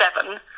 seven